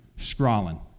scrawling